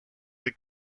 the